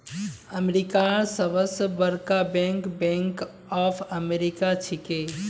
अमेरिकार सबस बरका बैंक बैंक ऑफ अमेरिका छिके